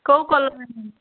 କେଉଁ କଲର୍ର ନେବେ